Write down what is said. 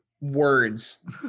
words